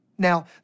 Now